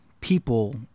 people